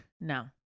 No